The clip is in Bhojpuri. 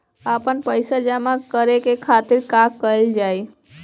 आपन पइसा जमा करे के खातिर का कइल जाइ?